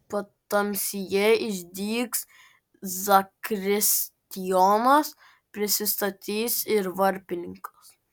patamsyje išdygs zakristijonas prisistatys ir varpininkas